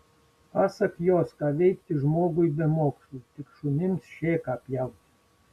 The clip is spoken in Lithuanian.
pasak jos ką veikti žmogui be mokslų tik šunims šėką pjauti